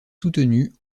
soutenues